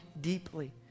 deeply